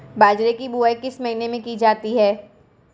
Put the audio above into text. बाजरे की बुवाई किस महीने में की जाती है?